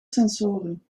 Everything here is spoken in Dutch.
sensoren